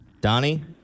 Donnie